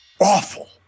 awful